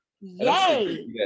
Yay